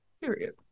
Period